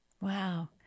Wow